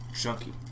Chunky